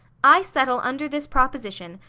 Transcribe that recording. i settle under this proposition,